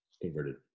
converted